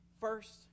First